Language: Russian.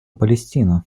палестина